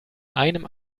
einem